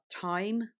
time